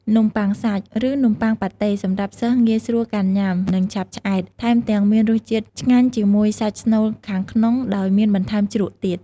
នំបុ័ងសាច់ ឫនំបុ័ងប៉ាតេ សម្រាប់សិស្សងាយស្រួលកាន់ញុាំ និងឆាប់ឆ្អែត ថែមទាំងមានរសជាតិឆ្ងាញ់ជាមួយសាច់ស្នូលខាងក្នុងដោយមានបន្ថែមជ្រក់ទៀត។